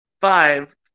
Five